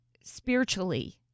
spiritually